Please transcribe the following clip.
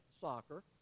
soccer